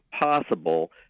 possible